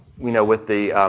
you know with the,